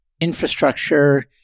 infrastructure